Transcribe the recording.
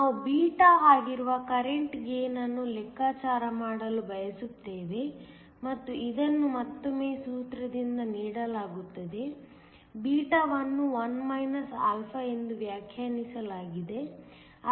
ನಾವು 𝛃 ಆಗಿರುವ current gain ಅನ್ನು ಲೆಕ್ಕಾಚಾರ ಮಾಡಲು ಬಯಸುತ್ತೇವೆ ಮತ್ತು ಇದನ್ನು ಮತ್ತೊಮ್ಮೆ ಸೂತ್ರದಿಂದ ನೀಡಲಾಗುತ್ತದೆ ಬೀಟಾವನ್ನು 1 α ಎಂದು ವ್ಯಾಖ್ಯಾನಿಸಲಾಗಿದೆ